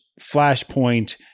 flashpoint